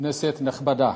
כנסת נכבדה,